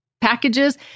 packages